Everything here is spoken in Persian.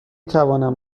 توانم